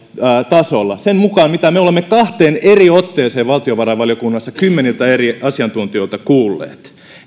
tasolla sen mukaan mitä me olemme kahteen eri otteeseen valtiovarainvaliokunnassa kymmeniltä eri asiantuntijoilta kuulleet